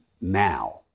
now